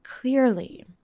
clearly